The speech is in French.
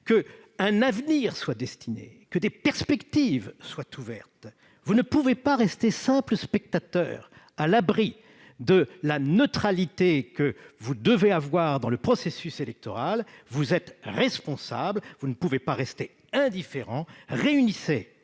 un avenir et d'ouvrir des perspectives. On va le faire ! Vous ne pouvez pas rester simple spectateur à l'abri de la neutralité dont vous devez faire preuve dans le processus électoral. Vous êtes responsable, vous ne pouvez pas rester indifférent. Réunissez